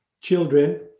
children